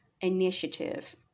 initiative